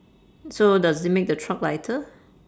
so does it make the truck lighter